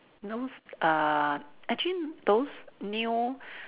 those uh actually those new